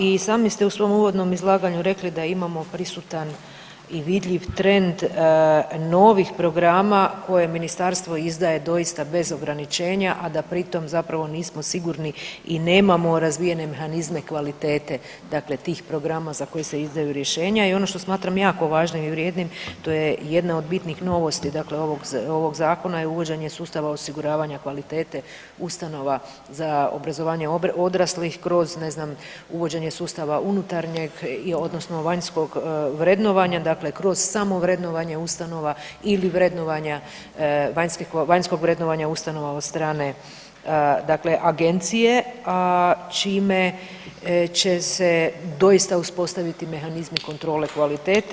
I sami ste u svom uvodnom izlaganju rekli da imamo prisutan i vidljiv trend novih programa koje ministarstvo izdaje doista bez ograničenja, a da pri tom zapravo nismo sigurni i nemamo razvijene mehanizme kvalitete dakle tih programa za koja se izdaju rješenja i ono što smatram jako važnim i vrijednim to je jedna od bitnih novosti ovog zakona je uvođenje sustava osiguravanja kvalitete ustanova za obrazovanje odraslih, kroz ne znam uvođenje sustava unutarnjeg odnosno vanjskog vrednovanja, dakle kroz samo vrednovanje ustanova ili vanjskog vrednovanja ustanova od strane agencije čime će se doista uspostaviti mehanizmi kontrole kvalitete.